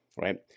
right